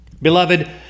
Beloved